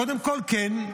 קודם כול כן.